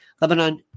Lebanon